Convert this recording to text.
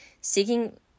seeking